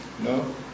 No